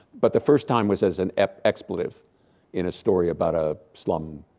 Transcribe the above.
but the first time was as an expletive in a story about a slum,